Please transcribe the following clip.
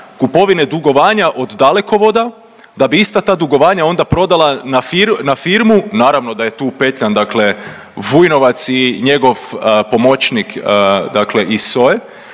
kupovine dugovanja od Dalekovoda, da bi ista ta dugovanja onda prodala na firmu, naravno da je tu upetljan dakle Vujnovac i njegov pomoćnik dakle iz